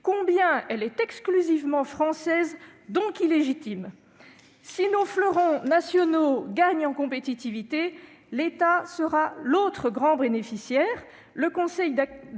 combien elle est exclusivement française, donc illégitime. Si nos fleurons nationaux gagnent en compétitivité, l'État sera l'autre grand bénéficiaire.